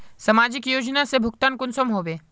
समाजिक योजना से भुगतान कुंसम होबे?